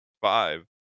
Five